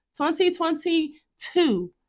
2022